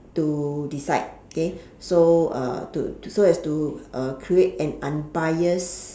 to decide okay so uh to so as to uh create an unbiased